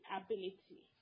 ability